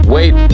Wait